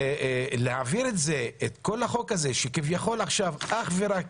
להעביר את כל החוק הזה אך ורק